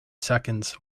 seconds